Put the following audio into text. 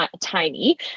tiny